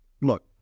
look